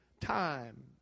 time